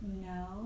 no